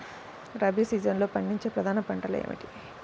రబీ సీజన్లో పండించే ప్రధాన పంటలు ఏమిటీ?